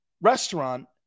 restaurant